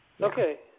Okay